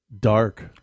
dark